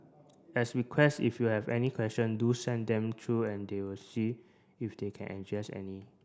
as request if you have any question do send them through and they will see if they can address any